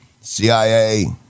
CIA